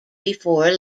before